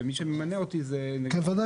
ומי שממנה אותי זה --- בוודאי,